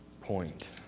point